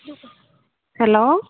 hello